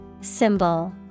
Symbol